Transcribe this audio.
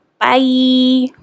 Bye